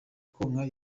konka